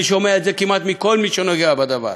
אני שומע את זה כמעט מכל מי שנוגע בדבר.